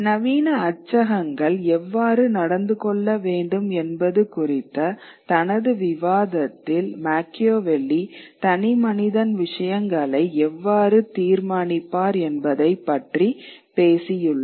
நவீன அச்சகங்கள் எவ்வாறு நடந்து கொள்ள வேண்டும் என்பது குறித்த தனது விவாதத்தில் மச்சியாவெல்லி தனிமனிதன் விஷயங்களை எவ்வாறு தீர்மானிப்பார் என்பதைப் பற்றி பேசியுள்ளார்